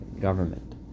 government